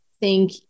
thank